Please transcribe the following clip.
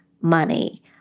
money